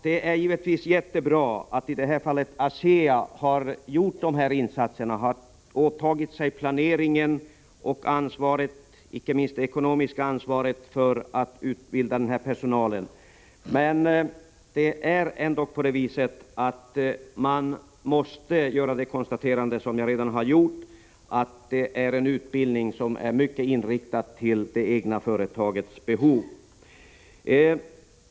Det är givetvis jättebra att i detta fall ASEA har gjort dessa insatser och åtagit sig planeringen och ansvaret — inte minst det ekonomiska — för att utbilda denna personal. Men man måste ändå göra det konstaterandet att det handlar om en utbildning som i hög grad är inriktad för det egna företagets behov.